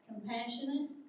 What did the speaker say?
compassionate